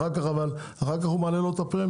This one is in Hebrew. אבל אחר כך הוא מעלה לו את הפרמיות,